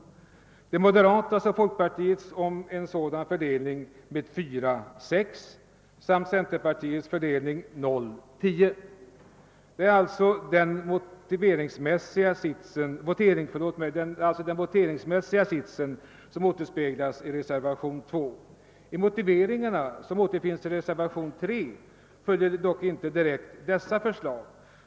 Vidare föreligger de moderatas och folkpartiets förslag om en fördelning med 4—6 samt centerpartiets förslag med fördelningen 0— 10. Det är alltså den voteringsmässiga sitsen som återspeglas i reservationerna 2 a och 2 b. Motiveringarna som återfinns i reservationerna 3 a—c följer dock inte direkt dessa förslag.